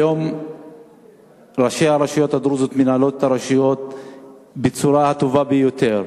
היום ראשי הרשויות הדרוזיות מנהלים את הרשויות בצורה הטובה ביותר.